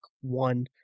one